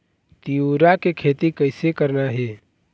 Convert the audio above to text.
तिऊरा के खेती कइसे करना हे?